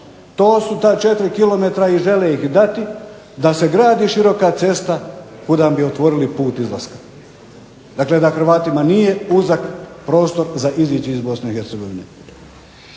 to su ta 4 km i žele ih dati da se gradi široka cesta kuda bi otvorili put izlaska. Dakle, Hrvatima nije uzak prostor za izić iz BiH.